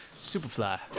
superfly